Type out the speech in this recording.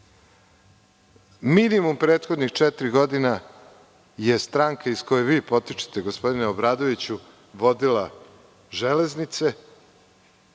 sada. Minimum prethodne četiri godine je stranka iz koje vi potičete, gospodine Obradoviću, vodila Železnice